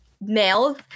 males